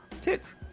tits